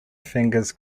fingers